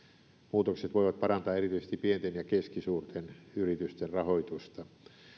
muutokset voivat parantaa erityisesti pienten ja keskisuurten yritysten rahoitusta